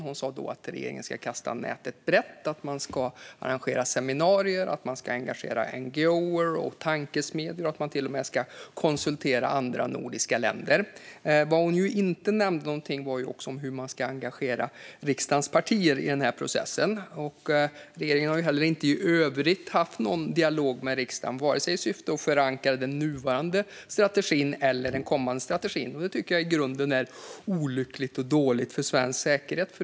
Hon sa då att regeringen ska kasta nätet brett och att man ska arrangera seminarier, engagera NGO:er och tankesmedjor och till och med konsultera andra nordiska länder. Vad hon inte nämnde något om var hur man ska engagera riksdagens partier i processen. Regeringen har heller inte i övrigt haft någon dialog med riksdagen i syfte att förankra vare sig den nuvarande eller den kommande strategin. Det tycker jag i grunden är olyckligt och dåligt för svensk säkerhet.